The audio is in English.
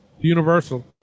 Universal